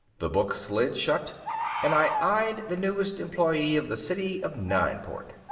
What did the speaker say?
the book slid shut and i eyed the newest employee of the city of nineport.